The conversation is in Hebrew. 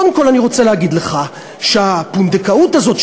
קודם כול אני רוצה להגיד לך שהפונדקאות הזאת,